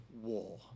war